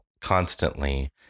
constantly